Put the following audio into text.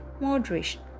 Moderation